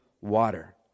water